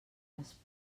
fas